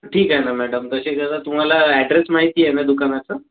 ठीक आहे ना मॅडम तसे करा तुम्हाला ॲड्रेस माहिती आहे ना दुकानाचा